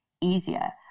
easier